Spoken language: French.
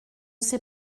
sais